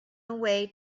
away